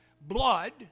blood